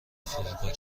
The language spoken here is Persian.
فرودگاه